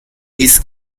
his